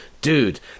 dude